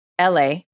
LA